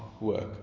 work